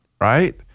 right